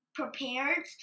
prepared